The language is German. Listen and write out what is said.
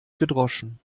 gedroschen